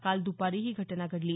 काल द्रपारी ही घटना घडली